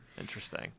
interesting